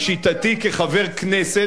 לשיטתי כחבר הכנסת,